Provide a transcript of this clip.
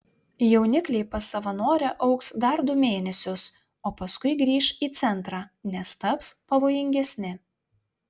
jaunikliai pas savanorę augs dar du mėnesius o paskui grįš į centrą nes taps pavojingesni